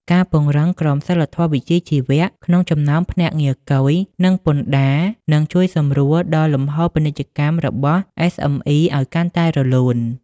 ការពង្រឹង "ក្រមសីលធម៌វិជ្ជាជីវៈ" ក្នុងចំណោមភ្នាក់ងារគយ និងពន្ធដារ នឹងជួយសម្រួលដល់លំហូរពាណិជ្ជកម្មរបស់ SME ឱ្យកាន់តែរលូន។